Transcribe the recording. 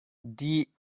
die